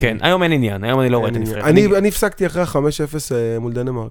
כן, היום אין עניין, היום אני לא רואה את הנביאה. אני הפסקתי אחרי ה-5-0 מול דנמרק.